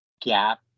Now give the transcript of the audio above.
gap